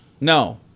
No